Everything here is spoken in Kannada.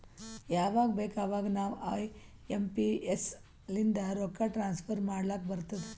ಯವಾಗ್ ಬೇಕ್ ಅವಾಗ ನಾವ್ ಐ ಎಂ ಪಿ ಎಸ್ ಲಿಂದ ರೊಕ್ಕಾ ಟ್ರಾನ್ಸಫರ್ ಮಾಡ್ಲಾಕ್ ಬರ್ತುದ್